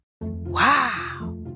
Wow